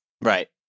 Right